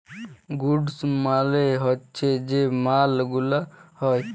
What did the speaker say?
goods মালে হচ্যে যে মাল গুলা হ্যয়